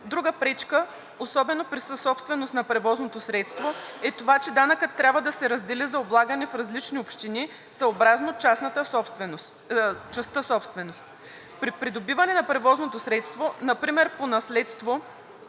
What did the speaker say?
Друга пречка особено при съсобственост на превозното средства е това, че данъкът трябва да се раздели за облагане в различни общини съобразно частта собственост. При придобиване на превозното средство например по наследство